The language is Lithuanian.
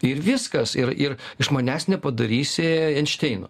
ir viskas ir ir iš manęs nepadarysi einšteino